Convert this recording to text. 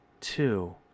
two